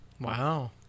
Wow